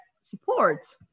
support